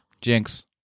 Jinx